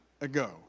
ago